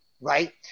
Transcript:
right